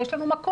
יש לנו מקום,